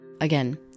Again